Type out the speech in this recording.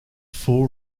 full